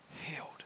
healed